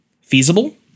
Feasible